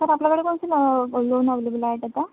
sir आपल्याकडे कोणते loan available आहेत अता